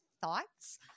thoughts